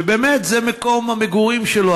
שבאמת זה מקום המגורים שלו,